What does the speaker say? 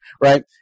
right